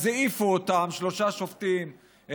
אז העיפו אותם שלושה שופטים,